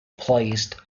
placed